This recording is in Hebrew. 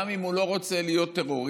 גם אם הוא לא רוצה להיות טרוריסט,